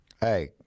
Hey